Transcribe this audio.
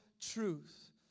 truth